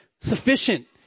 Sufficient